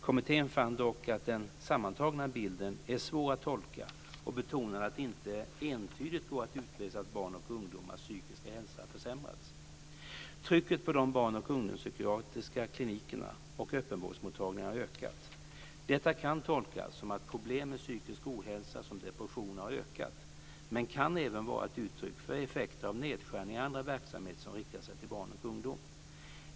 Kommittén fann dock att den sammantagna bilden är svår att tolka och betonade att det inte entydigt går att utläsa att barn och ungdomars psykiska hälsa försämrats. Trycket på de barn och ungdomspsykiatriska klinikerna och öppenvårdsmottagningarna har ökat. Detta kan tolkas som att problem med psykisk ohälsa som depressioner har ökat men kan även vara ett uttryck för effekter av nedskärningar i andra verksamheter som riktar sig till barn och ungdom.